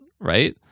right